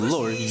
Lord